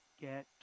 get